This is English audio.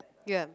ya